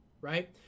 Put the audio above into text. right